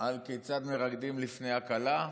על כיצד מרקדין לפני הכלה,